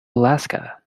alaska